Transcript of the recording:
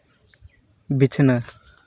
ᱵᱤᱪᱷᱱᱟᱹ